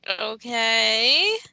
Okay